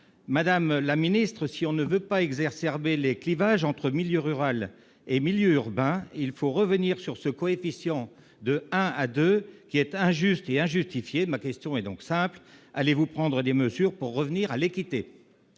Madame la ministre, si on ne veut pas exacerber les clivages entre milieu rural et milieu urbain, il faut revenir sur ce coefficient de 1 à 2, qui est injuste et injustifié. Ma question est donc simple : allez-vous prendre des mesures pour revenir à l'équité ?